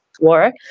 war